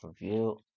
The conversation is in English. review